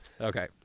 Okay